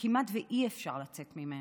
שכמעט אי-אפשר לצאת ממנו.